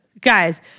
guys